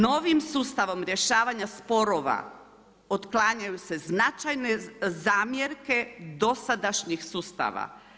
Novim sustavom rješavanja sporova otklanjaju se značajne zamjerke dosadašnjih sustava.